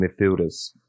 midfielders